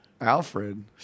Alfred